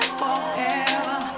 forever